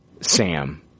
Sam